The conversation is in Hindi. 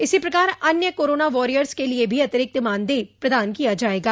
इसी प्रकार अन्य कोरोना वारियर्स के लिये भी अतिक्ति मानदेय प्रदान किया जायेगा